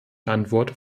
antwort